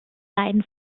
beiden